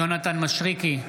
יונתן מישרקי,